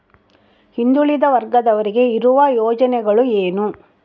ಹಿಂದುಳಿದ ವರ್ಗದವರಿಗೆ ಇರುವ ಯೋಜನೆಗಳು ಏನು?